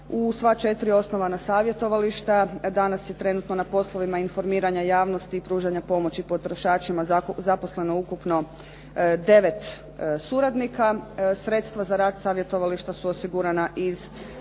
U sva četiri osnovana savjetovališta, danas je trenutno na poslovima informiranja javnosti i pružanja pomoći potrošačima zaposleno ukupno 9 suradnika. Sredstva za rad savjetovališta su osigurana iz našeg